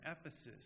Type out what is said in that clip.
Ephesus